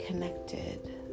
connected